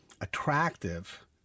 attractive